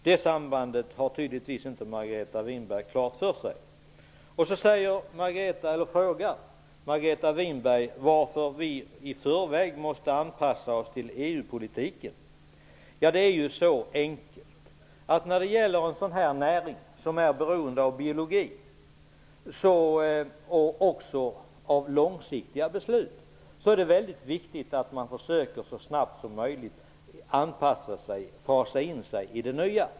Det sambandet har Margareta Winberg tydligen inte klart för sig. Margareta Winberg frågar varför vi i förväg måste anpassa oss till EU-politiken. Det är så enkelt. När det gäller en näring som är beroende av biologi och av långsiktiga beslut är det viktigt att man så snabbt som möjligt försöker anpassa sig till det nya.